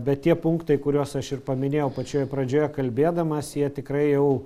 bet tie punktai kuriuos aš ir paminėjau pačioj pradžioje kalbėdamas jie tikrai jau